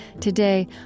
Today